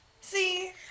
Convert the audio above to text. See